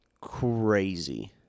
Crazy